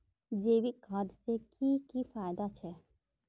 जैविक खाद से की की फायदा छे?